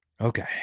Okay